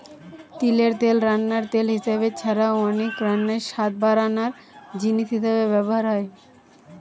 তিলের তেল রান্নার তেল হিসাবে ছাড়া অনেক রান্নায় স্বাদ বাড়ানার জিনিস হিসাবে ব্যভার হয়